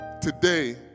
Today